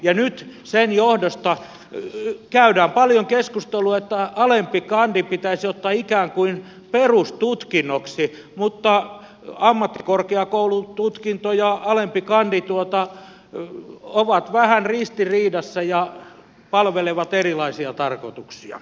ja nyt sen johdosta käydään paljon keskustelua että alempi kandi pitäisi ottaa ikään kuin perustutkinnoksi mutta ammattikorkeakoulututkinto ja alempi kandi ovat vähän ristiriidassa ja palvelevat erilaisia tarkoituksia